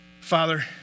Father